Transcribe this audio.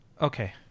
okay